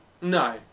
No